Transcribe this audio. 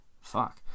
Fuck